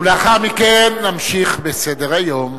ולאחר מכן נמשיך בסדר-היום.